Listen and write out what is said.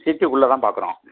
சிட்டிக் குள்ளே தான் பார்க்குறோம்